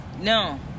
No